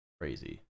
crazy